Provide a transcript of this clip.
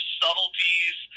subtleties